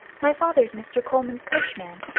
my father's mr. coleman's coachman.